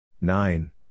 Nine